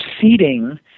seeding